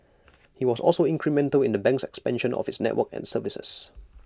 he was also incremental in the bank's expansion of its network and services